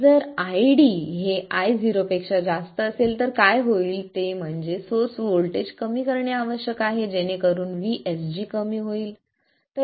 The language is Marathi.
आता जर ID हे Io पेक्षा जास्त असेल तर काय होईल ते म्हणजे सोर्स व्होल्टेज कमी करणे आवश्यक आहे जेणेकरुन VSG कमी होईल